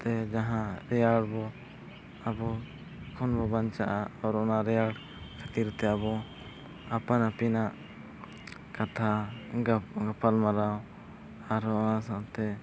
ᱛᱮ ᱡᱟᱦᱟᱸ ᱨᱮᱭᱟᱲ ᱵᱚ ᱟᱵᱚ ᱠᱷᱚᱱ ᱵᱚᱱ ᱵᱟᱧᱪᱟᱜᱼᱟ ᱚᱱᱟ ᱨᱮᱭᱟᱲ ᱠᱷᱟᱹᱛᱤᱨᱛᱮ ᱟᱵᱚ ᱟᱯᱟᱱ ᱟᱯᱤᱱᱟᱜ ᱠᱟᱛᱷᱟ ᱜᱟᱯᱟᱞ ᱢᱟᱨᱟᱣ ᱟᱨ ᱚᱱᱟ ᱥᱟᱶᱛᱮ